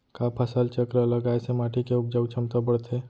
का फसल चक्र लगाय से माटी के उपजाऊ क्षमता बढ़थे?